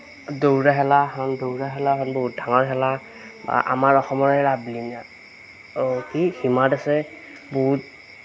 দৌৰা খেলাখন দৌৰা খেলাখন বহুত ডাঙৰ খেলা আমাৰ অসমৰে লাভলীনা অ' কি হিমা দাসে বহুত